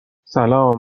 سلام